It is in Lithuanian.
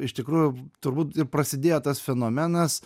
iš tikrųjų turbūt ir prasidėjo tas fenomenas